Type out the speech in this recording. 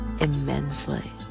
immensely